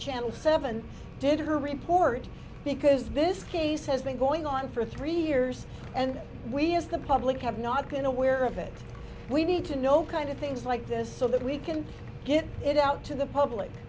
channel seven did report because this case has been going on for three years and we as the public have not been aware of it we need to know kind of things like this so that we can get it out to the public